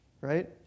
Right